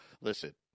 Listen